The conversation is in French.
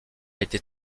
été